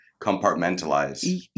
compartmentalize